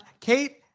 Kate